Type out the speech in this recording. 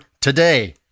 today